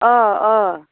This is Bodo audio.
अ अ